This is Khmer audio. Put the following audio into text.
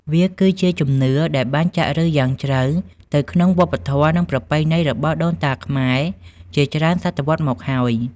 វាគឺជាជំនឿដែលបានចាក់ឫសយ៉ាងជ្រៅទៅក្នុងវប្បធម៌និងប្រពៃណីរបស់ដូនតាខ្មែរជាច្រើនសតវត្សមកហើយ។